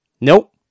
Nope